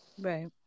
Right